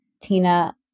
Tina